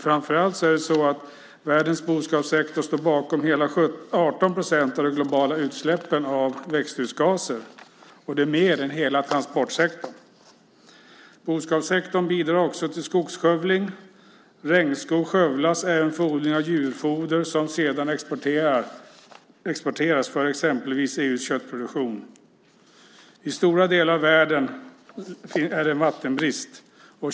Framför allt står världens boskapssektor bakom hela 18 procent av de globala utsläppen av växthusgaser. Det är mer än hela transportsektorn. Boskapssektorn bidrar också till skogsskövling. Regnskog skövlas även för odling av djurfoder som sedan exporteras för exempelvis EU:s köttproduktion. I stora delar av världen är det vattenbrist.